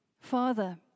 Father